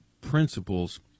principles